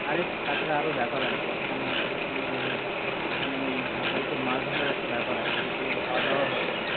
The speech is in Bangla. আরে তাছাড়া আরও ব্যাপার আছে ওখানে তো ওখানে গেলে ওইখানে ওই ঝড়খালিতে মাছ ধরার একটা ব্যাপার আছে ভালো খাওয়া দাওয়াও হতে পারে